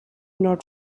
nod